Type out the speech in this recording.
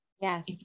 yes